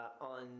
on